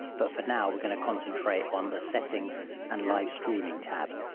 but for now we're going to concentrate on the settings and live streaming tab.